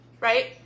right